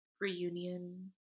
reunion